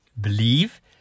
believe